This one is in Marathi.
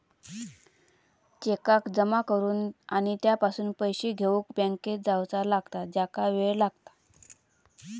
चेकाक जमा करुक आणि त्यापासून पैशे घेउक बँकेत जावचा लागता ज्याका वेळ लागता